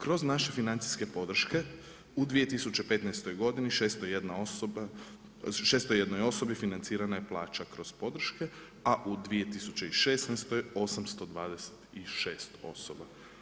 Kroz naše financijske podrške u 2015. godini, 601 osobi financirana je plaća kroz podrške a u 2016. 826 osoba.